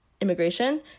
immigration